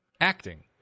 acting